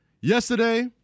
yesterday